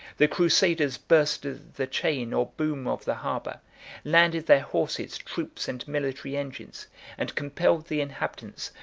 the crusaders burst the chain or boom of the harbor landed their horses, troops, and military engines and compelled the inhabitants,